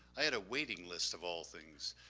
i had a waiting list of all things,